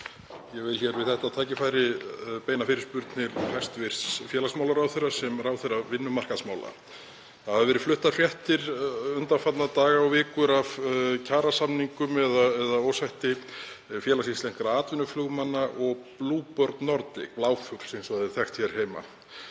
Ég vil við þetta tækifæri beina fyrirspurn til hæstv. félagsmálaráðherra sem ráðherra vinnumarkaðsmála. Það hafa verið fluttar fréttir undanfarna daga og vikur af kjarasamningum eða ósætti Félags íslenskra atvinnuflugmanna og BlueBird Nordic, eða Bláfugls eins og það er þekkt hér heima.